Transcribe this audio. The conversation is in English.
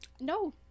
No